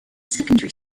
secondary